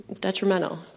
detrimental